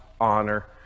honor